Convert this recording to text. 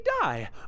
die